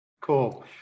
Cool